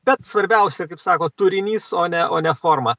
bet svarbiausia kaip sako turinys o ne o ne forma